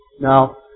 Now